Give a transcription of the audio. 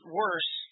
worse